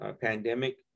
pandemic